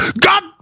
God